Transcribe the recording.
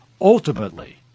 ultimately